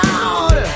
out